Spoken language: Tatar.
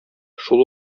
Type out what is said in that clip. шул